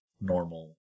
normal